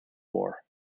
war